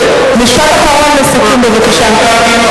משפט אחרון לסיכום בבקשה.